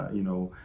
you know,